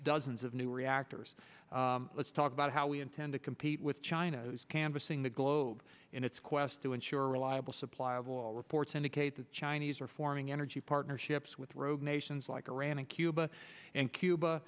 dozens of new reactors let's talk about how we intend to compete with china canvassing the globe in its quest to ensure a reliable supply of all reports indicate the chinese are forming energy partnerships with rogue nations like iran and cuba and cuba